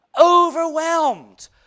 overwhelmed